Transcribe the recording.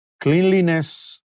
cleanliness